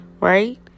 right